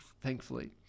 thankfully